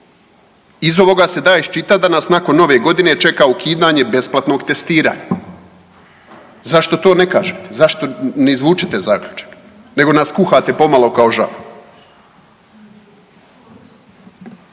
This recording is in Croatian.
Iz ovoga se da iščitat da nas nakon Nove Godine čeka ukidanje besplatnog testiranja. Zašto to ne kažete, zašto ne izvučete zaključak nego nas kuhate pomalo kao žabe?